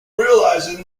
realizing